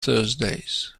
thursdays